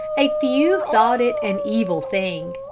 a few thought it an evil thing.